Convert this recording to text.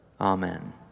Amen